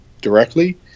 directly